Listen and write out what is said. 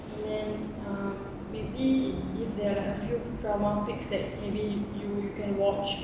and then um maybe if there are like a few drama picks that maybe you you can watch